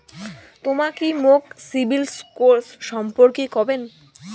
তমা কি মোক সিবিল স্কোর সম্পর্কে কবেন?